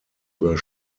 were